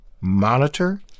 monitor